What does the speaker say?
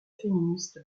féministe